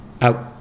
out